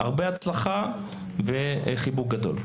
הרבה הצלחה וחיבוק גדול.